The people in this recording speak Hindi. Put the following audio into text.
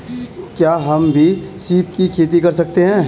क्या हम भी सीप की खेती कर सकते हैं?